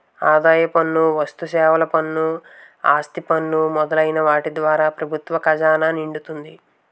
ఆదాయ పన్ను వస్తుసేవల పన్ను ఆస్తి పన్ను మొదలైన వాటి ద్వారా ప్రభుత్వ ఖజానా నిండుతుంది